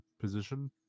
position